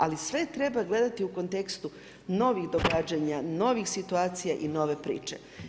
Ali, sve treba gledati u kontekstu novih događanja, novih situacija i nove priče.